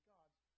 God's